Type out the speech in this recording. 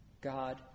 God